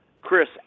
Chris